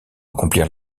accomplir